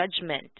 judgment